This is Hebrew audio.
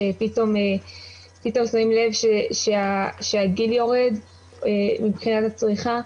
שפתאום שמים לב שהגיל יורד מבחינת הצריכה,